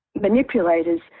Manipulators